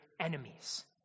enemies